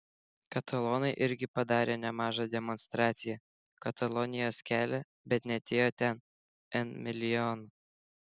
katalonai irgi padarė nemažą demonstraciją katalonijos kelią bet neatėjo ten n milijonų